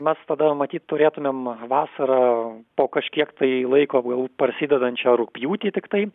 mes tada matyt turėtumėm vasarą po kažkiek tai laiko jau prasidedančią rugpjūtį tiktai